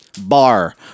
bar